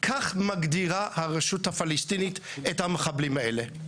כך מגדירה הרשות הפלסטינית את המחבלים האלה.